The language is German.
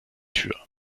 tür